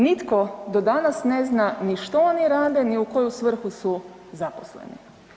Nitko do danas ne zna ni što oni rade ni u koju svrhu su zaposleni.